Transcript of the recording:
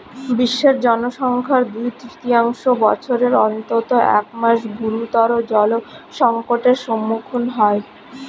বিশ্বের জনসংখ্যার দুই তৃতীয়াংশ বছরের অন্তত এক মাস গুরুতর জলসংকটের সম্মুখীন হয়